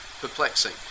perplexing